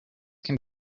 can